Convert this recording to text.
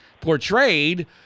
portrayed